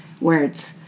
words